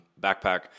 backpack